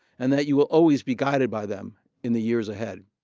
and that you will always be guided by them in the years ahead.